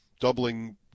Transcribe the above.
doubling